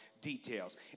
details